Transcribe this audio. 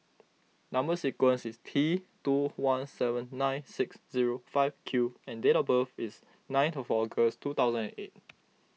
Number Sequence is T two one seven nine six zero five Q and date of birth is nine to August two thousand and eight